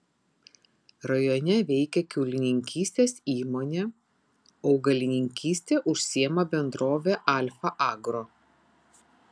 rajone veikia kiaulininkystės įmonė augalininkyste užsiima bendrovė alfa agro